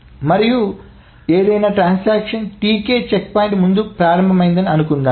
మరియు ఏదైనా transaction Tk checkpoint ముందు ప్రారంభమయ్యింది అనుకుందాం